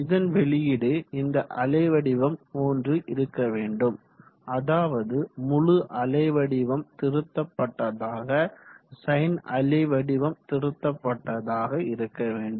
இதன் வெளியீடு இந்த அலை வடிவம் போன்று இருக்க வேண்டும் அதாவது முழு அலைவடிவம் திருத்தப்பட்டதாக சைன் அலைவடிவம் திருத்தப்பட்டதாக இருக்க வேண்டும்